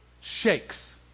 shakes